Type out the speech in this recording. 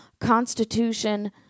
Constitution